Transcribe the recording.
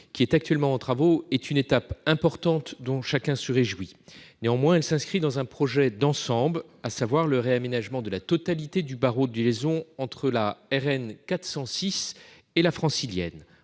actuellement en travaux, est une étape importante dont chacun se réjouit. Néanmoins, elle s'inscrit dans un projet d'ensemble : le réaménagement de la totalité du barreau de liaison entre la RN 406 et la Francilienne.